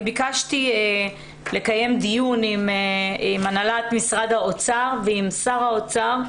אני ביקשתי לקיים דיון עם הנהלת משרד האוצר ועם שר האוצר.